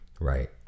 Right